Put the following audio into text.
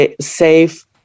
safe